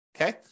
okay